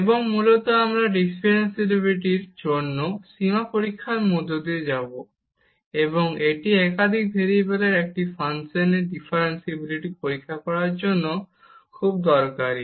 এবং মূলত আমরা ডিফারেনশিবিলিটির জন্য সীমা পরীক্ষার মধ্য দিয়ে যাব এবং এটি একাধিক ভেরিয়েবলের একটি ফাংশনের ডিফারেনশিবিলিটি পরীক্ষা করার জন্য খুব দরকারী